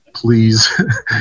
Please